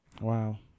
Wow